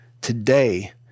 today